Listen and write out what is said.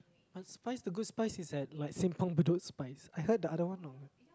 uh spize the good spize is that like simpang-bedok spize I heard the other one already